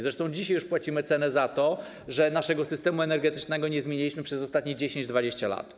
Zresztą dzisiaj już płacimy cenę za to, że naszego systemu energetycznego nie zmienialiśmy przez ostatnie 10-20 lat.